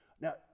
now